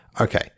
Okay